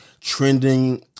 trending